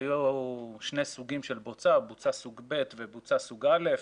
היו שני סוגים של בוצה בוצה סוג ב' ובוצה סוג א'.